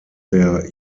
der